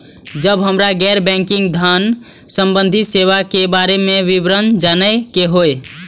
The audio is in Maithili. जब हमरा गैर बैंकिंग धान संबंधी सेवा के बारे में विवरण जानय के होय?